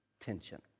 tension